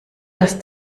dass